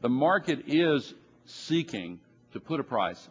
the market is seeking to put a price